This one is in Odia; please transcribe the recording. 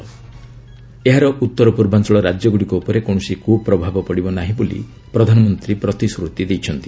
ଏହାର ଉତ୍ତର ପୂର୍ବାଞ୍ଚଳ ରାଜ୍ୟଗୁଡ଼ିକ ଉପରେ କୌଣସି କୁପ୍ରଭାବ ପଡ଼ିବ ନାହିଁ ବୋଲି ପ୍ରଧାନମନ୍ତ୍ରୀ ପ୍ରତିଶ୍ରୁତି ଦେଇଛନ୍ତି